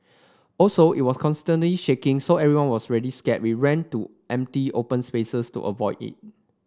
also it was constantly shaking so everyone was really scared we ran to empty open spaces to avoid it